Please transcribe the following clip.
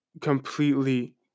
completely